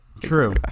True